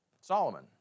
Solomon